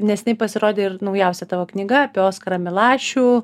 neseniai pasirodė ir naujausia tavo knyga apie oskarą milašių